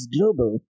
Global